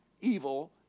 evil